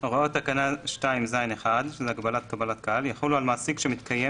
(ד) הוראות תקנה 2(ז1) יחולו על מעסיק שמתקיים